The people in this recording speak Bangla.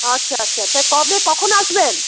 আচ্ছা আচ্ছা তা কবে কখন আসবেন